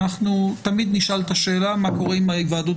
אנחנו תמיד נשאל את השאלה מה קורה עם ההיוועדות